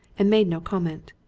and made no comment.